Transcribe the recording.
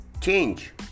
change